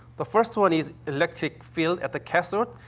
the first one is electric field at the cathode.